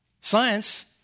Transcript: Science